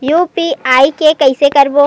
UPI के कइसे करबो?